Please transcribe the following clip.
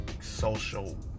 social